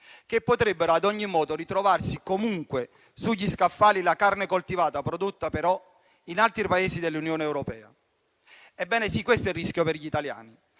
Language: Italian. che potrebbero ad ogni modo ritrovarsi comunque sugli scaffali la carne coltivata, prodotta però in altri Paesi dell'Unione europea. Ebbene sì, questo è il rischio per gli italiani.